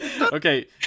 Okay